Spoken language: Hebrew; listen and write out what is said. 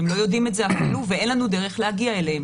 הם לא יודעים את זה אפילו ואין לנו דרך להגיע אליהם.